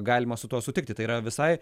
galima su tuo sutikti tai yra visai